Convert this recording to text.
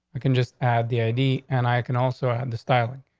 i can just add the i d and i i can also have the styling.